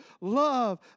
Love